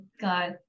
got